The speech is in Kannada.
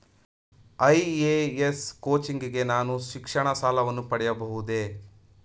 ಐ.ಎ.ಎಸ್ ಕೋಚಿಂಗ್ ಗೆ ನಾನು ಶಿಕ್ಷಣ ಸಾಲವನ್ನು ಪಡೆಯಬಹುದೇ?